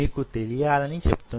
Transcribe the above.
మీకు తెలియాలని చెప్తున్నాను